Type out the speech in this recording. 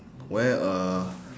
wear a